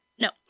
No